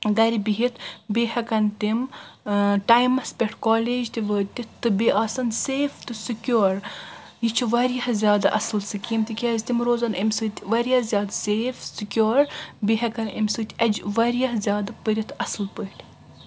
گرِ بِہِتھ بیٚیہِ ہٮ۪کن تِم ٹایمس ٮ۪ٹھ کالیج تہِ وٲتِتھ تہٕ بیٚیہِ آسن سیف تہٕ سکیور یہِ چھِ واریاہ زیادٕ اصل سکیٖم تِکیٛازِ تِم روزن امہِ سۭتۍ واریاہ زیادٕ سیف سکیور بیٚیہِ ہٮ۪کن امہِ سۭتۍ اٮ۪جو واریاہ زیادٕ پٔرِتہ اصل پٲٹھۍ